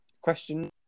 Question